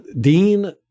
Dean